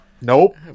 nope